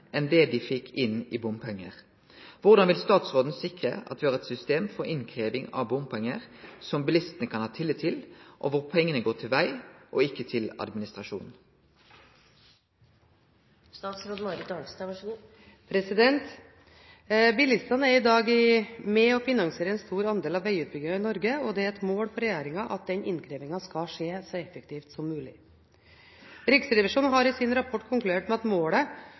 enn det de fikk inn i bompenger. Hvordan vil statsråden sikre at vi har et system for innkreving av bompenger som bilistene kan ha tillit til, og hvor pengene går til vei og ikke administrasjon?» Bilistene er i dag med på å finansiere en stor andel av vegutbyggingen i Norge, og det er et mål for regjeringen at den innkrevingen skal skje så effektivt som mulig. Riksrevisjonen har i sin rapport konkludert med at målet